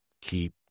keep